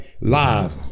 live